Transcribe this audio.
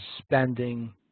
spending